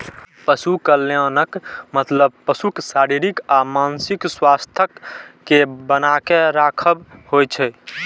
पशु कल्याणक मतलब पशुक शारीरिक आ मानसिक स्वास्थ्यक कें बनाके राखब होइ छै